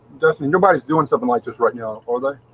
nobody's doing something like this right now, although